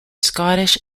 scottish